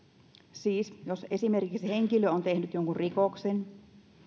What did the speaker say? siis jos esimerkiksi henkilö on tehnyt jonkun rikoksen